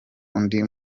undi